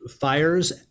fires